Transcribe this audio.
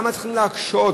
למה צריכים להקשות?